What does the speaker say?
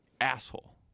asshole